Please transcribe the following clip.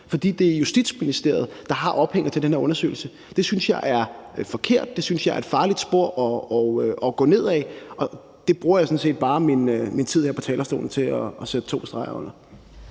fordi det er Justitsministeriet, der har ophænget til den her undersøgelse, synes jeg er forkert. Det synes jeg er et farligt spor at gå ned ad. Og det bruger jeg sådan set bare min tid her på talerstolen til at sætte to streger under.